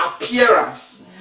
appearance